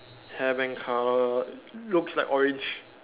hair band colour looks like orange